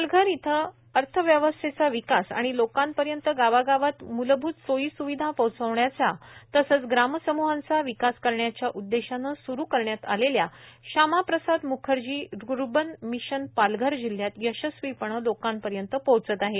पालघर इथं अर्थव्यवस्थेचा विकास आणि लोकांपर्यंत गावागावांत म्लभूत सोईस्विधा पोहचवण्याच्या तसच ग्राम सम्हांचा विकास करण्याच्या उद्देशानं स्रु करण्यात आलेल्या श्यामा प्रसाद म्खर्जी रुर्बन मिशन पालघर जिल्ह्यात यशस्वी पणे लोकांपर्यंत पोहचत आहे